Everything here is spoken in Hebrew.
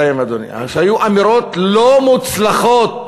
היו אמירות לא מוצלחות.